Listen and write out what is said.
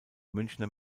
münchner